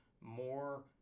more